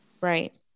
right